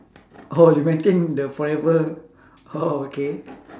oh you maintain the forever oh okay